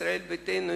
ישראל ביתנו,